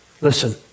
Listen